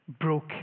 broke